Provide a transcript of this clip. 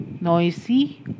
noisy